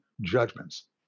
judgments